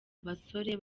abasore